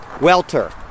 welter